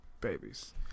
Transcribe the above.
babies